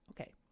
Okay